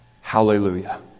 Hallelujah